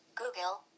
Google